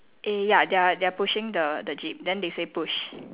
eh ya they are they are pushing the the jeep then they say push